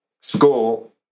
school